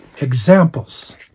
examples